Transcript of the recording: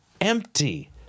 empty